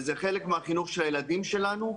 וזה חלק מהחינוך של הילדים שלנו,